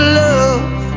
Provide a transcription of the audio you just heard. love